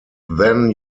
then